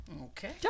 Okay